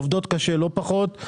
עובדות קשה לא פחות,